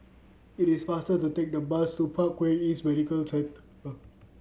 it is faster to take the bus to Parkway East Medical Centre